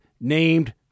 named